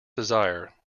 desire